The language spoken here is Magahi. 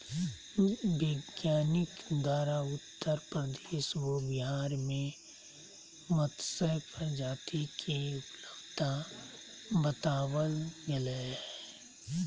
वैज्ञानिक द्वारा उत्तर प्रदेश व बिहार में मत्स्य प्रजाति के उपलब्धता बताबल गले हें